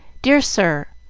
dear sir,